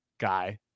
Guy